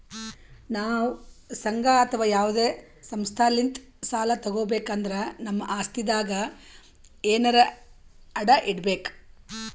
ನಾವ್ ಸಂಘ ಅಥವಾ ಯಾವದೇ ಸಂಸ್ಥಾಲಿಂತ್ ಸಾಲ ತಗೋಬೇಕ್ ಅಂದ್ರ ನಮ್ ಆಸ್ತಿದಾಗ್ ಎನರೆ ಅಡ ಇಡ್ಬೇಕ್